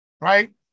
right